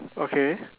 okay